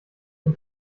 und